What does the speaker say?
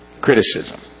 criticism